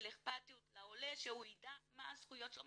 של אכפתיות לעולה שהוא ידע מה הזכויות שלו,